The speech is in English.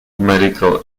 medical